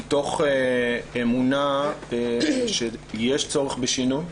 מתוך אמונה שיש צורך בשינוי,